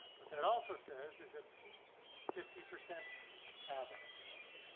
what that also says is that fifty percent have access.